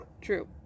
true